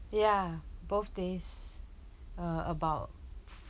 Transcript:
ya both days uh about